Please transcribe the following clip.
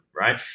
Right